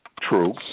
True